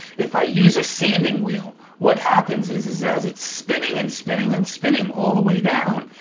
if i use a sanding wheel. what happens is is as its spinning and spinning and spinning all the way down,